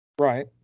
Right